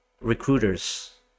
recruiters